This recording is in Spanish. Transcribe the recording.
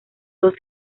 dos